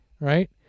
right